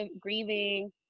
grieving